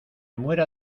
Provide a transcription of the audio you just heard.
muera